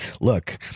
Look